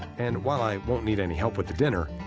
and while i won't need any help with the dinner,